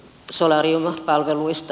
solariumin palveluista